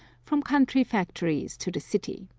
from country factories to the city.